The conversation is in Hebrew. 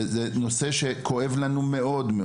זה נושא שכואב לנו מאוד.